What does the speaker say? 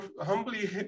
humbly